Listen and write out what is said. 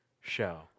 show